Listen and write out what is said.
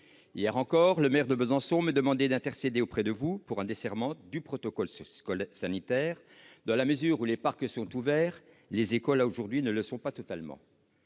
Hier encore, le maire de Besançon me demandait d'intercéder auprès de vous pour un desserrement du protocole sanitaire ; alors que les parcs sont désormais ouverts, les écoles, aujourd'hui, ne le sont pas totalement.